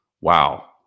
wow